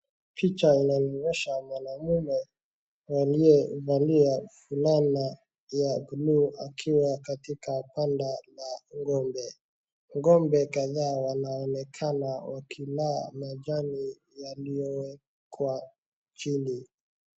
Picha inanionyesha mwanaume waliovalia fulana ya buluu akiwa katika banda la ng'ombe.Ng'ombe kadhaa wanaonekana wakila majani yaliyowekwa chini.